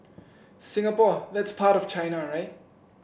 Singapore that's part of China right